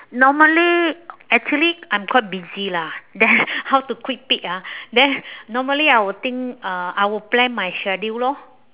normally actually I'm quite busy lah then how to quick peek ah then normally I would think uh I would plan my schedule lor